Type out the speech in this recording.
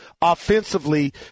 offensively